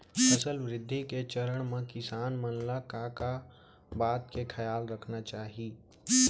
फसल वृद्धि के चरण म किसान मन ला का का बात के खयाल रखना चाही?